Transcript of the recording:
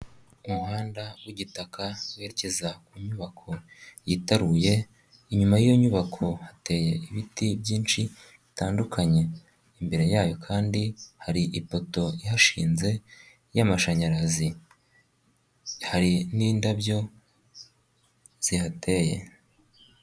Umuhanda w'igitaka werekeza ku nyubako yitaruye, inyuma yiyo nyubako hateye ibiti byinshi bitandukanye, imbere yayo kandi hari ipoto y'ihashinze y'amashanyarazi, hari n'indabyo zihateye.